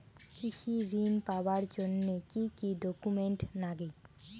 কৃষি ঋণ পাবার জন্যে কি কি ডকুমেন্ট নাগে?